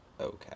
okay